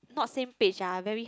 not same page ah very